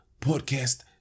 Podcast